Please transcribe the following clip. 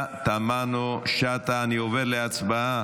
אני רוצה להגיב לו.